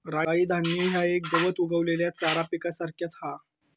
राई धान्य ह्या एक गवत उगवलेल्या चारा पिकासारख्याच हा